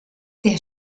der